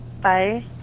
Bye